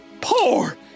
Poor